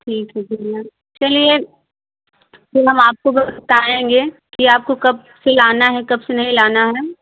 ठीक है भैया चलिए फिर हम आपको बताएँगे कि आपको कब से लाना है कब से नहीं लाना है